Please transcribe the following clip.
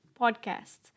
podcasts